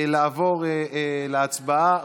לעבור להצבעה.